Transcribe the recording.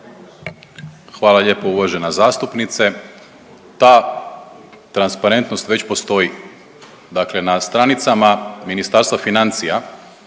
Hvala lijepo uvažena zastupnice. Ta transparentnost već postoji. Dakle, na stranicama Ministarstva financija